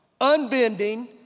unbending